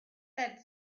have